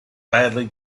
badly